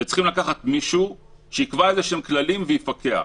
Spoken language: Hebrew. מדובר על מצב שצריך לקחת עכשיו מישהו שיקבע איזשהם כללים ויפקח עליהם.